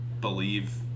believe